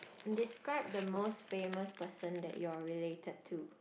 describe the most famous person that you are related to